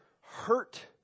hurt